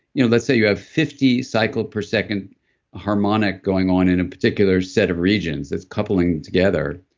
you know let's say you have fifty cycle per second harmonic going on in a particular set of regions, this coupling together.